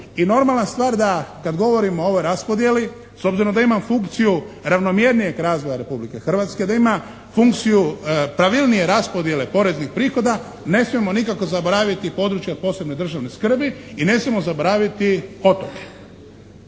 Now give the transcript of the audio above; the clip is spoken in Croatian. i normalna stvar da kad govorimo o ovoj raspodjeli s obzirom da ima funkciju ravnomjernijeg razvoja Republike Hrvatske, da ima funkciju pravilnije raspodjele poreznih prihoda ne smijemo nikako zaboraviti područja posebne državne skrbi i ne smijemo zaboraviti otoke.